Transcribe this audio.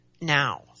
now